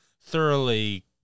thoroughly